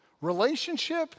relationship